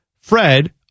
Fred